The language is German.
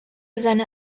seine